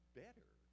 better